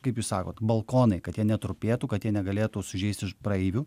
kaip jūs sakot balkonai kad jie netrupėtų kad jie negalėtų sužeisti žm praeivių